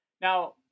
now